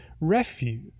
refuge